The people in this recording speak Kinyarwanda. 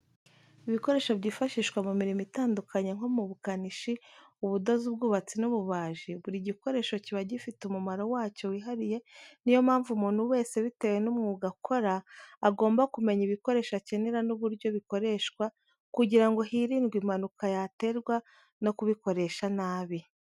Ibikoresho byifashishwa mu mirimo itandukanye nko mu bukanishi ,ubudozi ,ubwubatsi n'ububajii, buri gikoresho kiba gifite umumaro wacyo wihariye niyo mpamvu umuntu wese bitewe n'umwuga akora agomba kumenya ibikoresho akenera n'uburyo bikoreshwa kugirango hirindwe impanuka yaterwa no kubikoresha nabi.